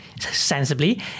sensibly